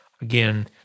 again